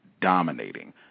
dominating